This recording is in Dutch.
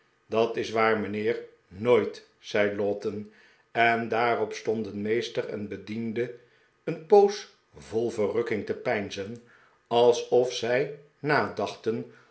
dat is waar mijnheer nooit zei lowten en daarop stonden meester en bediende een poos vol verrukking te peinzen alsof zij nadachten